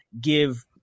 give